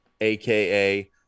AKA